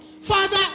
Father